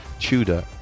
Tudor